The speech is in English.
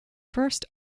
first